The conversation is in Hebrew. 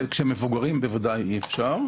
וכשהם מבוגרים בוודאי אי אפשר.